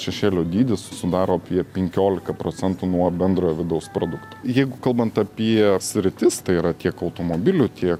šešėlio dydis sudaro apie penkiolika procentų nuo bendrojo vidaus produkto jeigu kalbant apie sritis tai yra tiek automobilių tiek